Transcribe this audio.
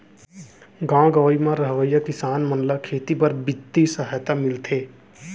गॉव गँवई म रहवइया किसान मन ल खेती बर बित्तीय सहायता मिलथे